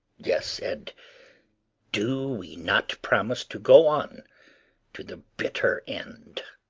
yes! and do we not promise to go on to the bitter end?